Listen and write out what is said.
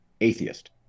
atheist